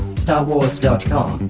starwars dot com